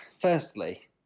Firstly